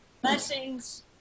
Blessings